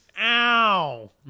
Ow